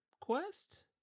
quest